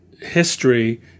history